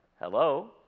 Hello